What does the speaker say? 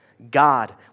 God